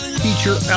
feature